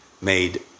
made